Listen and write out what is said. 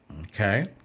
Okay